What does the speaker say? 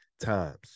times